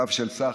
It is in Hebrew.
קו של סחר,